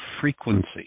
frequency